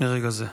מרגע זה.